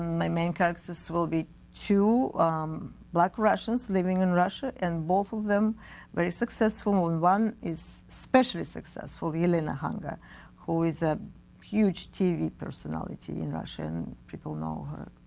my main characters will be two um black russians living in russia. and both of them very successful, one one is especially successful yelena khanga who is a huge t v. personality in russia and people know her.